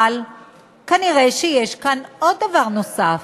אבל כנראה יש כאן דבר נוסף.